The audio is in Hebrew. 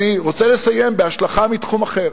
אני רוצה לסיים בהשלכה מתחום אחר,